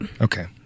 Okay